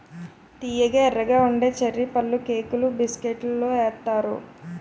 తియ్యగా ఎర్రగా ఉండే చర్రీ పళ్ళుకేకులు బిస్కట్లలో ఏత్తారు